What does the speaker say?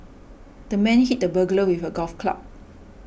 the man hit the burglar with a golf club